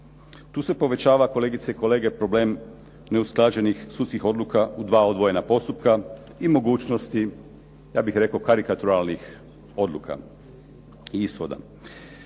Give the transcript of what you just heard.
Tu se povećava kolegice i kolege problem neusklađenih sudskih odluka u dva odvojena postupka i mogućnosti, ja bih rekao karikaturalnih odluka i ishoda.